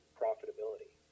profitability